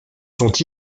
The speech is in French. sont